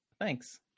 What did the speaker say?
Thanks